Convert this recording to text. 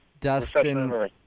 Dustin